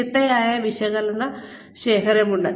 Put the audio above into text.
ചിട്ടയായ വിവരശേഖരണമുണ്ട്